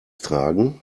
tragen